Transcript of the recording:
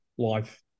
life